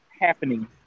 happening